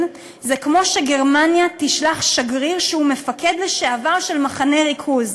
זה כמו שגרמניה תשלח שגריר שהוא מפקד לשעבר של מחנה ריכוז.